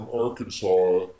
Arkansas